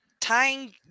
tying